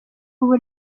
ubu